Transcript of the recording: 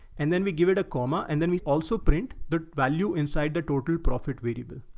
and then we give it a comma, and then we also print the value inside the total profit variable.